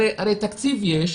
הרי תקציב יש,